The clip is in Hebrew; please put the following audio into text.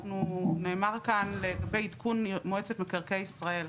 נאמר כאן לגבי עדכון מועצת מקרקעי ישראל,